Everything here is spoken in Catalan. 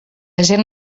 gent